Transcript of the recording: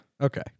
Okay